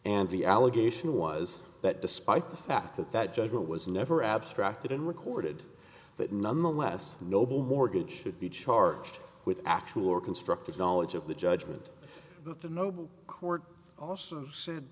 and the allegation was that despite the fact that that judgment was never abstracted and recorded that nonetheless noble mortgage should be charged with actual or constructive knowledge of the judgment of the noble court also